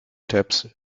tabs